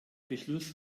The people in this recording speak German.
beschluss